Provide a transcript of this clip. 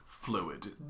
Fluid